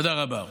תודה רבה.